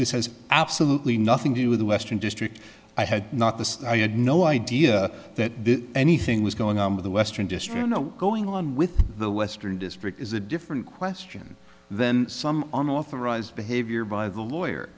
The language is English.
this has absolutely nothing to do with the western district i had not the i had no idea that anything was going on with the western district going on with the western district is a different question than some on authorised behavior by the lawyer